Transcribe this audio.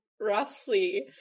roughly